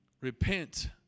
Repent